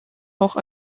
auch